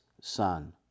son